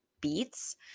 Beats